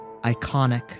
iconic